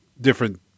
different